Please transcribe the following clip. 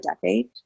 decade